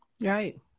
Right